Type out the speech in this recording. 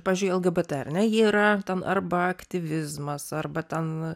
pavyzdžiui lgbt bet ar ne jie yra tam arba aktyvizmas arba ten